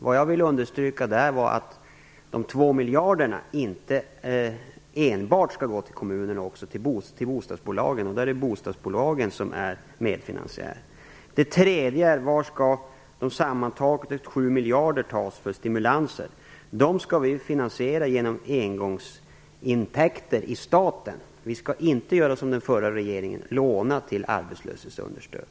Vad jag här vill understryka är att de 2 miljarder kronorna inte enbart skall gå till kommunerna utan också till bostadsbolagen. Därmed är bostadsbolagen medfinansiärer. Så till den tredje frågan: Var skall de sammantaget 7 miljarder kronorna till stimulanser tas? Ja, de skall vi finansiera genom engångsintäkter i staten. Vi skall inte göra som den förra regeringen, dvs. låna till arbetslöshetsunderstöd.